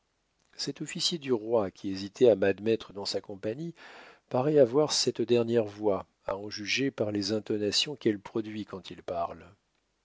cet officier du roi qui hésitait à m'admettre dans sa compagnie paraît avoir cette dernière voix à en juger par les intonations qu'elle produit quand il parle